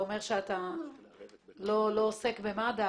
אתה אומר שאתה לא עוסק במד"א,